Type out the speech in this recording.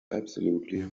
absolutely